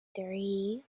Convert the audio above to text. three